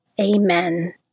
Amen